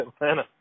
Atlanta